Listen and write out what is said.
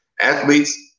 athletes